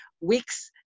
weeks